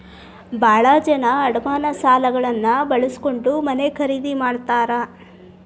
ಭಾಳ ಜನ ಅಡಮಾನ ಸಾಲಗಳನ್ನ ಬಳಸ್ಕೊಂಡ್ ಮನೆ ಖರೇದಿ ಮಾಡ್ತಾರಾ